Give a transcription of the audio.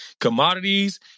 commodities